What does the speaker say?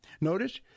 Notice